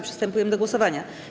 Przystępujemy do głosowania.